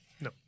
No